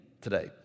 today